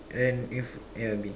and then is A or B